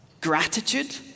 gratitude